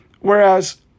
Whereas